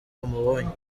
bamubonye